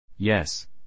Yes